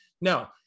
no